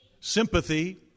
sympathy